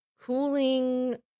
cooling